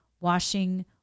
washing